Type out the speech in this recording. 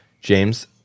James